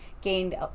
gained